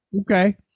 Okay